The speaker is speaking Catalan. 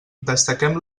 destaquem